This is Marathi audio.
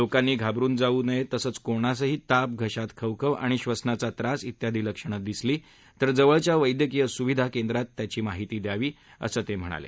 लोकांनी घाबरुन जाऊ नये तसंच कोणासही ताप घशात खवखव आणि बसनाचा त्रास ऱ्यादी लक्षणं दिसली तर जवळच्या वस्तकीय सुविधा केंद्रात त्याची माहिती द्यावी असं ते म्हणाले